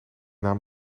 naam